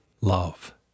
love